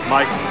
Mike